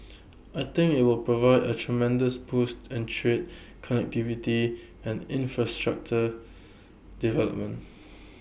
I think IT will provide A tremendous boost and trade connectivity and infrastructure development